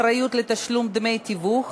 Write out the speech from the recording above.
אחריות לתשלום דמי תיווך),